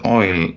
oil